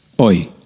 oi